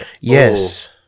Yes